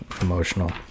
emotional